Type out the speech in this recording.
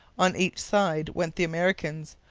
on each side went the americans,